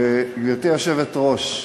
גברתי היושבת-ראש,